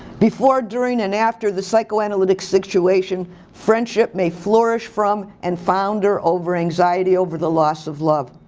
before, during, and after the psychoanalytic situation friendship may flourish from and founder over anxiety over the loss of love.